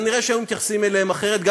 כנראה היו מתייחסים אליהן אחרת,